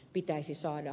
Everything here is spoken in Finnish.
pitäisi saada